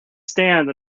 stand